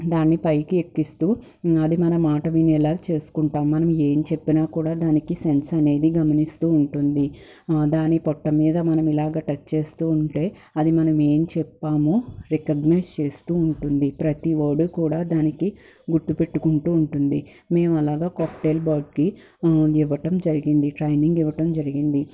దాన్ని పైకి ఎక్కిస్తూ అది మన మాట వినేలా చేసుకుంటాం మనం ఏం చెప్పినా కూడా దానికి సెన్స్ అనేది గమనిస్తూ ఉంటుంది దాని పొట్ట మీద మనం ఇలాగ టచ్ చేస్తూ ఉంటే అది మనమేం చెప్పాము రికగ్నైజ్ చేస్తూ ఉంటుంది ప్రతి వోర్డ్ కూడా దానికి గుర్తు పెట్టుకుంటూ ఉంటుంది మేము అలాగే కాక్టైల్ బర్డ్కి ఇవ్వటం జరిగింది ట్రైనింగ్ ఇవ్వటం జరిగింది